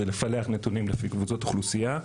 זה לפלח נתונים לפי קבוצות אוכלוסייה.